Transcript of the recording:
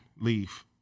leave